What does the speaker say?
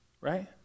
right